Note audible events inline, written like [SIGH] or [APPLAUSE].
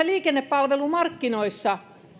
[UNINTELLIGIBLE] liikennepalvelumarkkinoissa